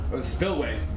Spillway